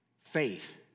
faith